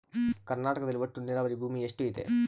ಕರ್ನಾಟಕದಲ್ಲಿ ಒಟ್ಟು ನೇರಾವರಿ ಭೂಮಿ ಎಷ್ಟು ಇದೆ?